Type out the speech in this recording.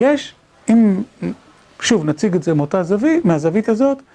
יש, אם שוב נציג את זה מאותה זווית, מהזווית הזאת.